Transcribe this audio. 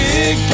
Big